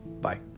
Bye